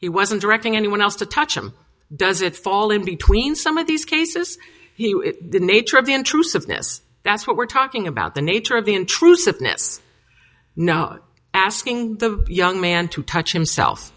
he wasn't directing anyone else to touch him does it fall in between some of these cases the nature of the intrusiveness that's what we're talking about the nature of the intrusiveness know asking the young man to touch himself